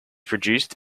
produced